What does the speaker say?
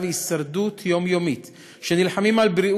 בבקשה.